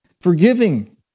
Forgiving